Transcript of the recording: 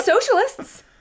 socialists